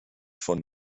von